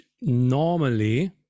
normally